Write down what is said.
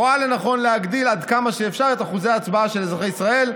רואה לנכון להגדיל עד כמה שאפשר את אחוזי ההצבעה של אזרחי ישראל,